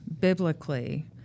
biblically